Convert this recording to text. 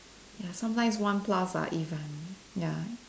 ya sometimes one plus ah if I'm ya